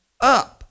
up